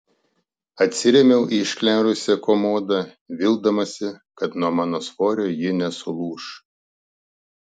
atsirėmiau į išklerusią komodą vildamasi kad nuo mano svorio ji nesulūš